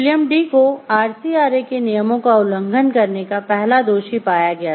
William D के साथ तीनों को दोषी पाया गया